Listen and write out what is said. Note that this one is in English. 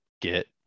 get